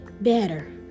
better